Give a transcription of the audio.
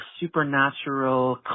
supernatural